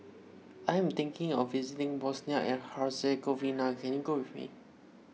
I am thinking of visiting Bosnia and Herzegovina can you go with me